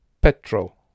petrol